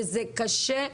וזה קשה,